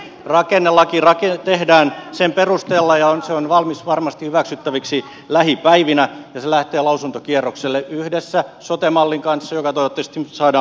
rakennelaki tehdään sen perusteella ja se on varmasti valmis hyväksyttäväksi lähipäivinä ja se lähtee lausuntokierrokselle yhdessä sote mallin kanssa joka toivottavasti saadaan mahdollisimman pian